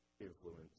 influence